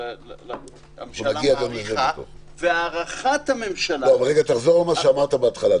הממשלה מאריכה והארכת הממשלה --- תחזור על מה שאמרת בהתחלה.